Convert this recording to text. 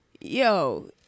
Yo